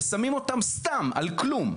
ושמים אותם סתם על כלום.